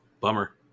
bummer